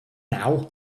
now